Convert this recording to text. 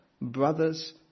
brothers